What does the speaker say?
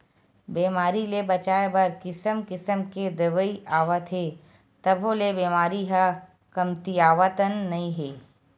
बेमारी ले बचाए बर किसम किसम के दवई आवत हे तभो ले बेमारी ह कमतीयावतन नइ हे